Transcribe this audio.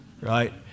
right